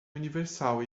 universal